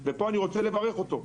ואני מברך אותו על זה.